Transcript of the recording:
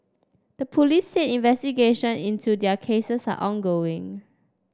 the police said investigation into their cases are ongoing